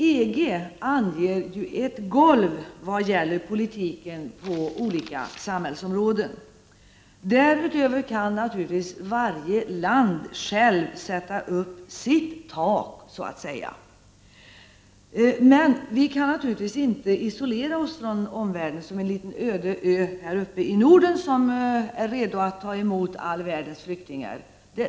EG anger ett golv i vad gäller politiken på olika samhällsområden, och därutöver kan naturligtvis varje land självt sätta upp sitt tak. Vi kan ändå inte isolera oss från omvärlden, som en öde ö här uppe i Norden som är redo att ta emot all världens flyktingar.